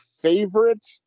favorite